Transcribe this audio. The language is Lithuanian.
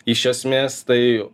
iš esmės tai